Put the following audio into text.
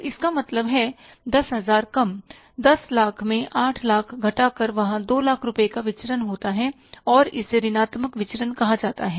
तो इसका मतलब है 10000 कम दस लाख में आठ लाख घटाकर वहाँ दो लाख रुपये का विचरण होता है और इसे ऋणात्मक विचरण कहा जाता है